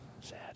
Sad